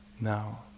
now